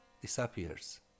disappears